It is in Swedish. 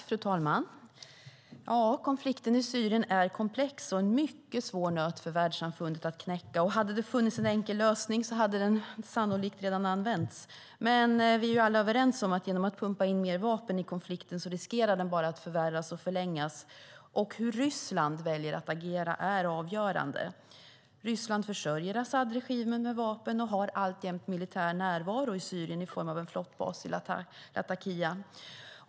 Fru talman! Konflikten i Syrien är komplex. Det är en mycket svår nöt för världssamfundet att knäcka. Hade det funnits en enkel lösning hade den sannolikt redan använts. Men vi är alla överens om att konflikten bara riskerar att förvärras och förlängas genom att man pumpar in mer vapen. Hur Ryssland väljer att agera är avgörande. Ryssland försörjer Asadregimen med vapen och har alltjämt militär närvaro i Syrien i form av en flottbas i Latakia.